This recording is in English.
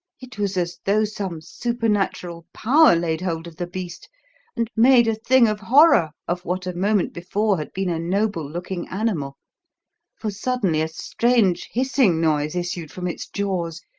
it was as though some supernatural power laid hold of the beast and made a thing of horror of what a moment before had been a noble-looking animal for suddenly a strange hissing noise issued from its jaws,